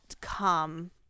come